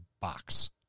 box